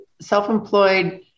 self-employed